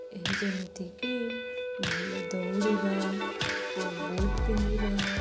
ଯେମିତିକି ଭଲ ଦୌଡ଼ିବା କେଉଁ ବୁଟ୍ ପିନ୍ଧିବା